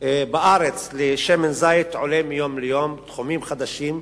בארץ לשמן זית עולה מיום ליום, בתחומים חדשים.